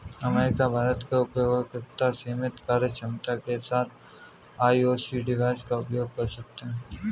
America, Bharat के उपयोगकर्ता सीमित कार्यक्षमता के साथ आई.ओ.एस डिवाइस का उपयोग कर सकते हैं